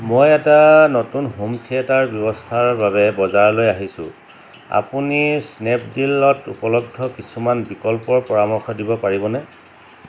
মই এটা নতুন হোম থিয়েটাৰ ব্যৱস্থাৰ বাবে বজাৰলৈ আহিছোঁ আপুনি স্নেপডীলত উপলব্ধ কিছুমান বিকল্পৰ পৰামৰ্শ দিব পাৰিবনে